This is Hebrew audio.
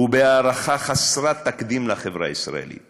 ובהערכה חסרת תקדים לחברה הישראלית